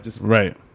right